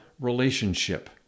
relationship